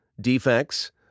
defects